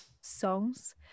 songs